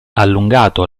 allungato